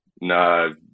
no